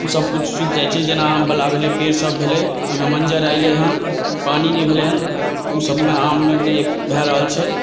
सभ किछु सुखि जाइ छै जेना आम वला भेलै पेड़ सभ भेलै ओहिमे मञ्जर एलै हन पानि नहि भेलै हन ओ सभमे आममे नहि भए रहल छै